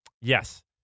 yes